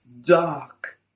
dark